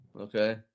Okay